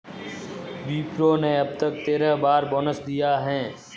विप्रो ने अब तक तेरह बार बोनस दिया है